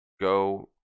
go